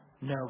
no